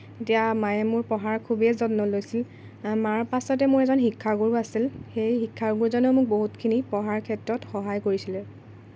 তেতিয়া মায়ে মোৰ পঢ়াৰ খুবেই যত্ন লৈছিল মাৰ পাছতে মোৰ এজন শিক্ষাগুৰু আছিল সেই শিক্ষাগুৰুজনেও মোক বহুতখিনি পঢ়াৰ ক্ষেত্ৰত সহায় কৰিছিলে